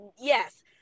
yes